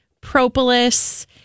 propolis